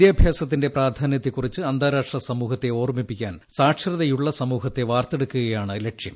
വിദ്യാഭ്യാസത്തിന്റെ പ്രാധാത്യത്തെക്കുറിച്ച് അന്താരാഷ്ട്ര സമൂഹത്തെ ഓർമ്മിപ്പിക്കാൻ സാക്ഷരതയുള്ള സമൂഹത്തെ വാർത്തെടുക്കുകയുമാണ് ലക്ഷ്യം